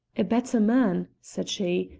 a better man! said she,